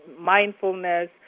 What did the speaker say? mindfulness